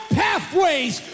pathways